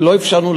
תגיד עכשיו.